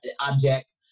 object